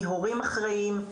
מהורים אחראיים,